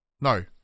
No